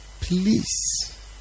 please